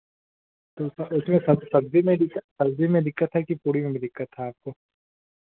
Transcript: तो उसका उसमें सब सब्ज़ी में ही दिक्कत सब्ज़ी में दिक्कत था कि पूड़ी में भी दिक्कत था आपको